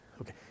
Okay